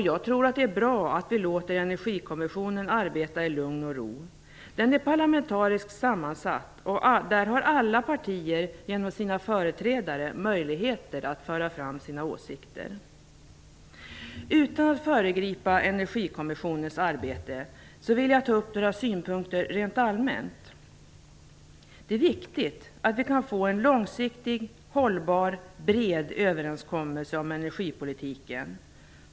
Jag tror att det är bra att vi låter Energikommissionen arbeta i lugn och ro. Den är parlamentariskt sammansatt, och där har alla partier genom sina företrädare möjligheter att föra fram sina olika åsikter. Utan att föregripa Energikommissionens arbete vill jag ta upp några synpunkter rent allmänt. Det är viktigt att vi kan få en långsiktig, hållbar, bred överenskommelse om energipolitiken.